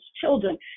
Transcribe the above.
children